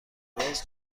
گاز